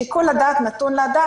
שיקול הדעת נתון לאדם,